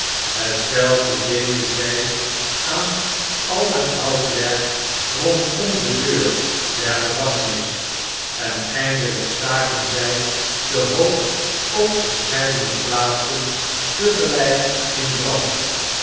terpentijn hetzelfdededen zij aan al het houtwerk rondom de deur der gevangenis en eindehjk staken zij den hoop op verscheidene plaatsen te gelijk in brand